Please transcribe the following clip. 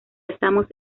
estamos